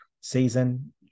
season